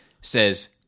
says